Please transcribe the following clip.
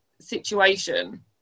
situation